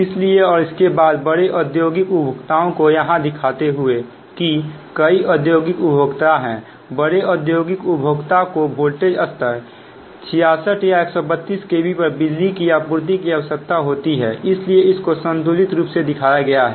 इसलिए और इसके बाद बड़े औद्योगिक उपभोक्ताओं को यहां दिखाते हुए कि कई औद्योगिक उपभोक्ता है बड़े औद्योगिक उपभोक्ता को वोल्टेज स्तर 66 kv या 132 kV पर बिजली की आपूर्ति की आवश्यकता होती है इसीलिए इसको संतुलित रूप से दिखाया गया है